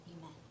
Amen